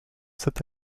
cet